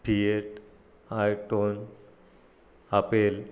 Fiat I ten Opel